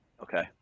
Okay